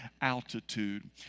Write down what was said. altitude